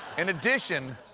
in addition